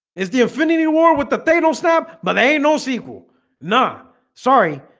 it's the infinity war with the fatal stop but ain't no sequel nah sorry,